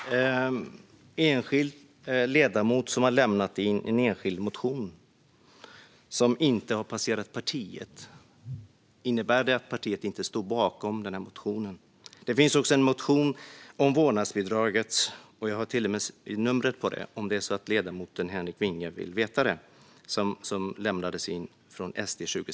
Fru talman! En enskild ledamot har lämnat in en enskild motion som inte har passerat partiet. Innebär det att partiet inte står bakom den motionen? Det finns också en motion om vårdnadsbidraget. Jag har till och med skrivit upp numret på den om ledamoten Henrik Vinge vill veta det. Den lämnades in från SD 2016/17.